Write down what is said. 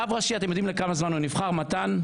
רב ראשי, אתם יודעים לכמה זמן הוא נבחר, מתן?